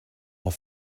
our